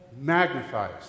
magnifies